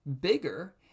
bigger